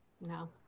No